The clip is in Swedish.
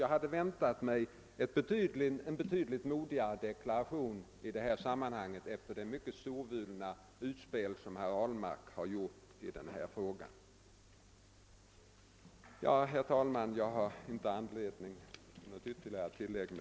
Jag hade väntat mig en betydligt modigare deklaration efter det mycket storvulna utspel som herr Ahlmark har gjort i denna fråga. Herr talman! Jag har nu inte något ytterligare att tillägga.